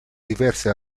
diverse